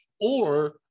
or-